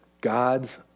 God's